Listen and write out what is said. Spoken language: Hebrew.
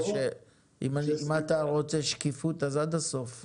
אם אתה רוצה שקיפות אז עד הסוף.